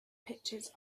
pictures